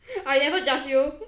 I never judge you